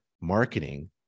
marketing